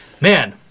Man